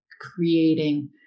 creating